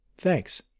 Thanks